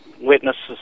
witnesses